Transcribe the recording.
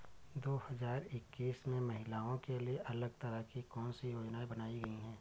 दो हजार इक्कीस में महिलाओं के लिए अलग तरह की कौन सी योजना बनाई गई है?